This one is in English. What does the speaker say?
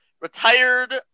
retired